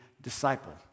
disciple